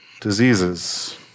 diseases